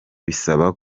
bisaba